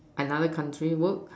another country work